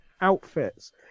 outfits